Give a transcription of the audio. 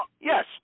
Yes